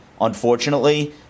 Unfortunately